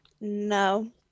No